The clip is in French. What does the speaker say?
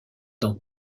dans